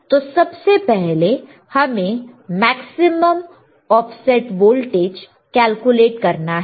तो सबसे पहले हमें मैक्सिमम ऑफसेट वोल्टेज कैलकुलेट करना है